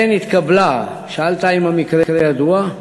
שאלת אם המקרה ידוע.